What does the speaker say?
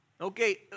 Okay